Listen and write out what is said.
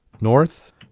North